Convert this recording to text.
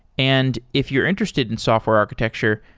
and if you're interested in software architecture,